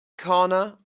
corner